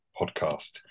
podcast